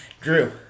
Drew